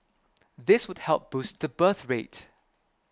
this would help boost the birth rate